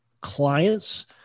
clients